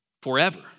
Forever